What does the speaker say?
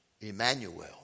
Emmanuel